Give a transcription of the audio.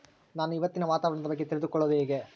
ನಾನು ಇವತ್ತಿನ ವಾತಾವರಣದ ಬಗ್ಗೆ ತಿಳಿದುಕೊಳ್ಳೋದು ಹೆಂಗೆ?